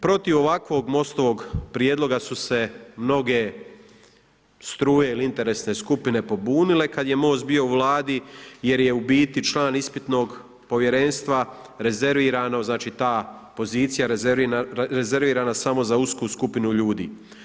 Protiv ovakvog MOST-ovog prijedloga su se mnoge struje ili interesne skupine pobunile kad je MOST bio u Vladi jer je u biti član ispitnog povjerenstva rezervirano, znači ta pozicija rezervirana samo za usku skupinu ljudi.